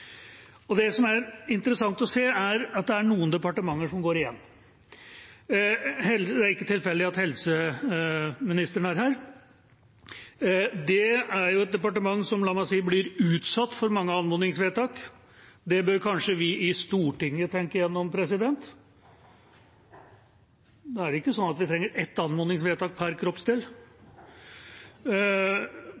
Det som er interessant å se, er at det er noen departementer som går igjen. Det er ikke tilfeldig at helseministeren er her. Helsedepartementet er jo et departement som – la meg si – blir utsatt for mange anmodningsvedtak. Det bør kanskje vi i Stortinget tenke igjennom. Det er ikke sånn at vi trenger ett anmodningsvedtak per kroppsdel.